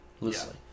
Loosely